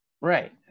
Right